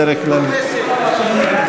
בדרך כלל,